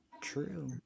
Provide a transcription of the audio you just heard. true